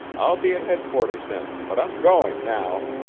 i'll be at head-quarters then but i'm going now,